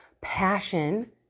passion